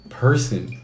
person